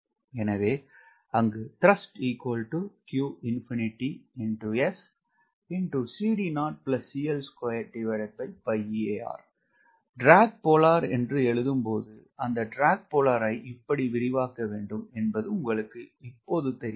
எனவே track polar என்று எழுதும் போது அந்த ட்ராக் போலாரை இப்படி விரிவாக்க வேண்டும் என்பது உங்களுக்கு இப்போது தெரியும்